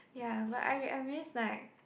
ya but I I miss like